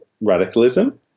radicalism